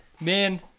Man